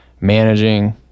managing